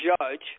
judge